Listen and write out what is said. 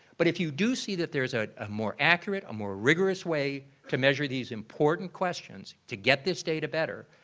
but if you do see that there's ah a more accurate, a more rigorous way to measure these important questions, to get this data better,